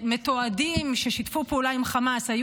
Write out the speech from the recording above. שמתועדים ששיתפו פעולה עם החמאס,